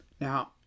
Now